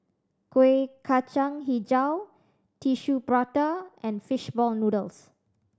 Kueh Kacang Hijau Tissue Prata and fish ball noodles